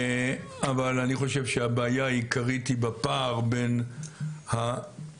אבל אני חושב שהבעיה העיקרית היא בפער בין האירועים,